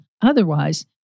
Otherwise